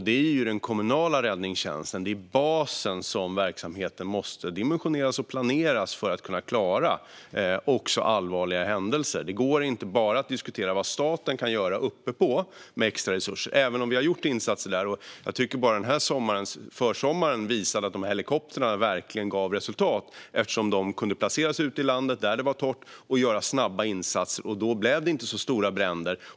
Det är i den kommunala räddningstjänsten som basen i verksamheten måste dimensioneras och planeras för att kunna klara också allvarliga händelser. Det går inte bara att diskutera vad staten kan göra uppepå med extra resurser även om vi har gjort insatser där. Bara den här försommaren visade att helikoptrarna verkligen gav resultat. De kunde placeras ute i landet där det var torrt och göra snabba insatser. Då blev det inte så stora bränder.